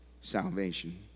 salvation